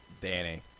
Danny